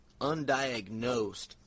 undiagnosed